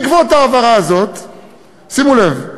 שימו לב,